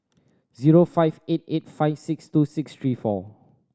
zero five eight eight five six two six three four